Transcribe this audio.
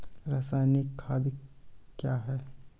रसायनिक खाद कया हैं?